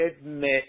admit